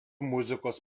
muzikos